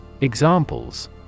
Examples